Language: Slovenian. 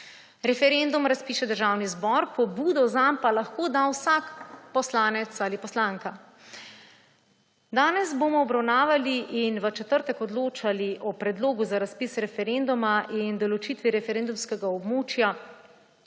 Referendum razpiše Državni zbor, pobudo zanj pa lahko da vsak poslanec ali poslanka. Danes bomo obravnavali in v četrtek odločali o predlogu za razpis referenduma in določitvi referendumskega območja